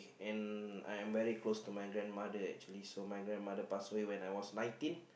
and I am very close to my grandmother actually so my grandmother passed away when I was nineteen